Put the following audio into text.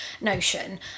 notion